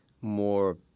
more